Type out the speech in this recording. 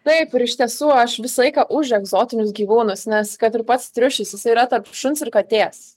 taip ir iš tiesų aš visą laiką už egzotinius gyvūnus nes kad ir pats triušis jisai yra tarp šuns ir katės